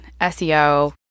SEO